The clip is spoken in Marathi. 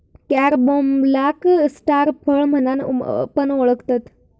कॅरम्बोलाक स्टार फळ म्हणान पण ओळखतत